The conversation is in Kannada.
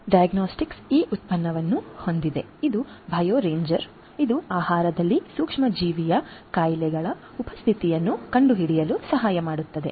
ಡಯಾಜೆನೆಟಿಕ್ಸ್ ಈ ಉತ್ಪನ್ನವನ್ನು ಹೊಂದಿದೆ ಇದು ಬಯೋ ರೇಂಜರ್ ಇದು ಆಹಾರದಲ್ಲಿ ಸೂಕ್ಷ್ಮಜೀವಿಯ ಕಾಯಿಲೆಗಳ ಉಪಸ್ಥಿತಿಯನ್ನು ಕಂಡುಹಿಡಿಯಲು ಸಹಾಯ ಮಾಡುತ್ತದೆ